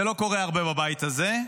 זה לא קורה הרבה בבית הזה,